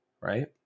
right